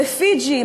בפיג'י,